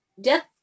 death